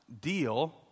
deal